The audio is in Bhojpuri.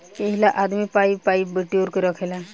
एहिला आदमी पाइ पाइ बिटोर के रखेला